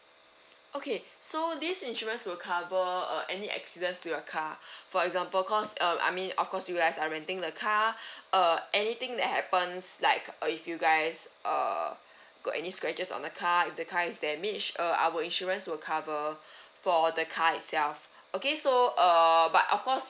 okay so this insurance will cover uh any accidents to your car for example cause I mean of course you guys are renting the car uh anything that happens liked uh if you guys uh got any scratches on the car if the car is damage uh our insurance will cover for the car itself okay so uh but of course